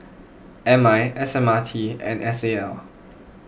M I S M R T and S A L